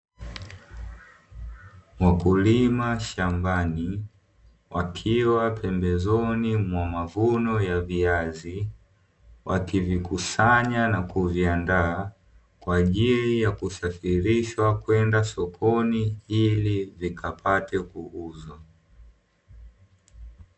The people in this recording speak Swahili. Wakulima shambani wakiwa pembezoni mwa mavuno ya viazi, wakivikusanya na kuviandaa kwa ajili ya kusafirishwa kwenda sokoni ili vikapate kuuzwa.